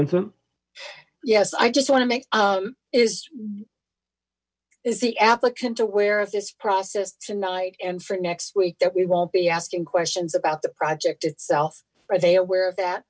vincent ys i just want to make is is the applicant aware of this process tonight and for next week that we won't be asking questions about the project itself are they aware of that